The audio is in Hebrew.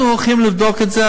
אנחנו הולכים לבדוק את זה.